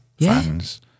fans